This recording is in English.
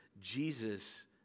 Jesus